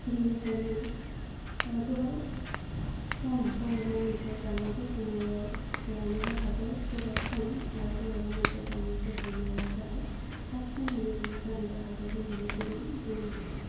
बेनिखायनो गोबाव सम बबेबा मोनसे जामुंखौ संनायाव लानोबो हागौ गोबाव सम आरो बबेबा मोनसे जामुंखौ संनायावहाय थाब समावनो बियो जानोबो हागौ होन्नानै जों बुंनो हायो